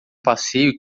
passeio